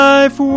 Life